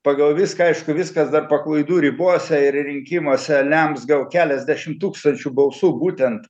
pagal viską aišku viskas dar paklaidų ribose ir rinkimuose lems gal keliasdešim tūkstančių balsų būtent